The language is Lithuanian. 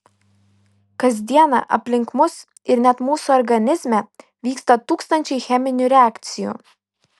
kas dieną aplink mus ir net mūsų organizme vyksta tūkstančiai cheminių reakcijų